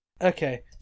Okay